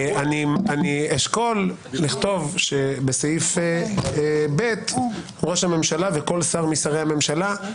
אני אשקול לכתוב בסעיף קטן (ב) "ראש הממשלה וכל שר משרי הממשלה,